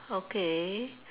okay